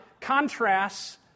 contrasts